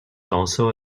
also